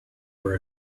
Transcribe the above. were